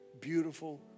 beautiful